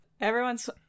Everyone's